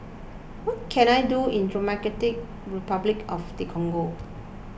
what can I do in Democratic Republic of the Congo